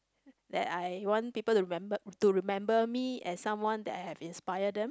that I want people to remember remember me as someone that I have inspire them